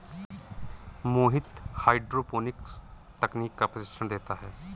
मोहित hydroponics तकनीक का प्रशिक्षण देता है